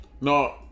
No